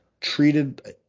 treated